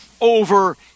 over